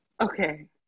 okay